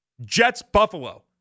Jets-Buffalo